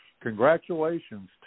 Congratulations